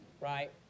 right